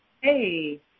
hey